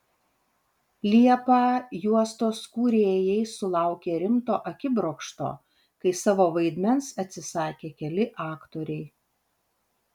liepą juostos kūrėjai sulaukė rimto akibrokšto kai savo vaidmens atsisakė keli aktoriai